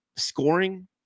Scoring